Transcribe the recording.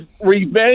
Revenge